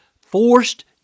forced